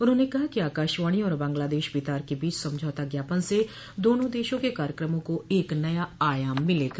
उन्होंने कहा कि आकाशवाणी और बांग्लादेश बेतार के बीच समझौता ज्ञापन से दोनों देशों के कार्यक्रमों को एक नया आयाम मिलेगा